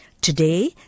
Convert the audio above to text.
Today